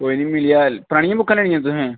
कोई निं मिली जांह्ग परानियां बुकां लैनियां न तोहें